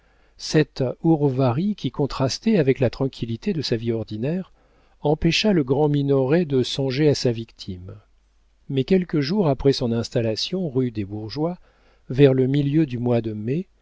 ce hourvari qui contrastait avec la tranquillité de sa vie ordinaire empêcha le grand minoret de songer à sa victime mais quelques jours après son installation rue des bourgeois vers le milieu du mois de mai